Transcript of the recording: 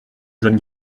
jeune